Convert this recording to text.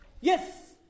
Yes